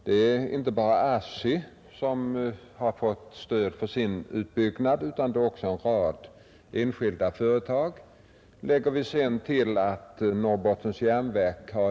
Det är inte bara ASSI som har fått stöd för sin utbyggnad utan det är också en rad enskilda företag. Lägger vi sedan till att Norrbottens Järnverk har.